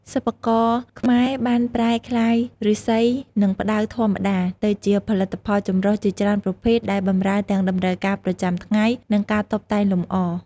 សិប្បករខ្មែរបានប្រែក្លាយឫស្សី និងផ្តៅធម្មតា ទៅជាផលិតផលចម្រុះជាច្រើនប្រភេទដែលបម្រើទាំងតម្រូវការប្រចាំថ្ងៃ និងការតុបតែងលម្អ។